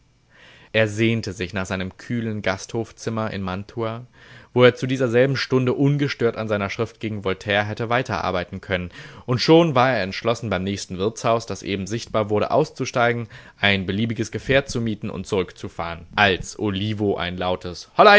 er sehnte sich nach seinem kühlen gasthofszimmer in mantua wo er zu dieser selben stunde ungestört an seiner schrift gegen voltaire hätte weiterarbeiten können und schon war er entschlossen beim nächsten wirtshaus das eben sichtbar wurde auszusteigen ein beliebiges gefährt zu mieten und zurückzufahren als olivo ein lautes